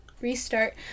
Restart